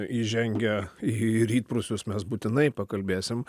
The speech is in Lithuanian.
įžengę į rytprūsius mes būtinai pakalbėsim